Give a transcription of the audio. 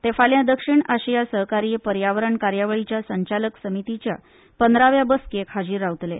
ते फाल्यां दक्षीण आशिया सहकारी पर्यावरण कार्यावळीच्या संचालक समितीच्या पंदराव्या बसकेक हाजीर रावतले